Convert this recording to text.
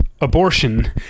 abortion